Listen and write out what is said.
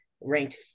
ranked